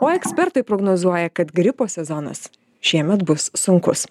o ekspertai prognozuoja kad gripo sezonas šiemet bus sunkus